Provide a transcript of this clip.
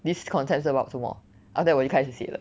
this concepts 是 about 什么 after that 我就开始写了